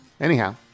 Anyhow